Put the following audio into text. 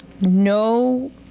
no